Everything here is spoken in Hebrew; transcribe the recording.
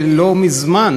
לא מזמן,